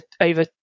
over